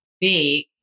big